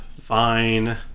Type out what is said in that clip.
fine